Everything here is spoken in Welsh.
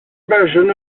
fersiwn